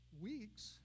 weeks